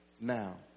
now